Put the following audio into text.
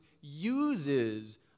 uses